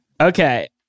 Okay